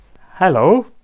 Hello